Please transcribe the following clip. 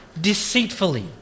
deceitfully